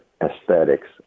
aesthetics